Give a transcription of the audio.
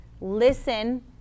listen